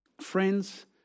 Friends